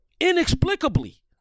inexplicably